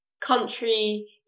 country